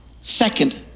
second